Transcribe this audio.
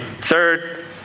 Third